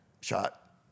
shot